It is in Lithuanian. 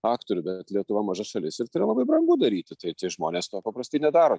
aktorių bet lietuva maža šalis ir tai yra labai brangu daryti tai tie žmonės to paprastai nedaro